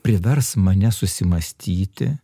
privers mane susimąstyti